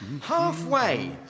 Halfway